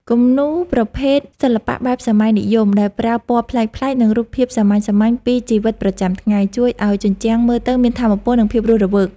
គំនូរប្រភេទ សិល្បៈបែបសម័យនិយម ដែលប្រើពណ៌ប្លែកៗ និងរូបភាពសាមញ្ញៗពីជីវិតប្រចាំថ្ងៃ ជួយឱ្យជញ្ជាំងមើលទៅមានថាមពល និងភាពរស់រវើក។